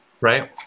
right